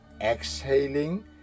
exhaling